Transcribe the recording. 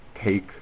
take